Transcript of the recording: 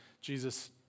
Jesus